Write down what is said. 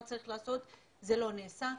זה לא נעשה.